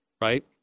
right